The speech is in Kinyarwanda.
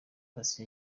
paccy